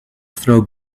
throw